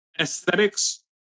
aesthetics